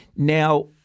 now